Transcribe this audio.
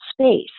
space